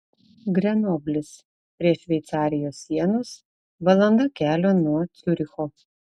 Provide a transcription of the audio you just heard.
grenoblis prie šveicarijos sienos valanda kelio nuo ciuricho